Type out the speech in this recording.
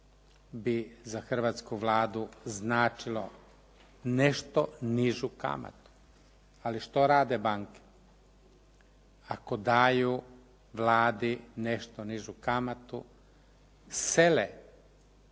bi za hrvatsku Vladu značilo nešto nižu kamatu, ali što rade banke. Ako daju Vladi nešto nižu kamatu, sele